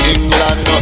England